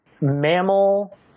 mammal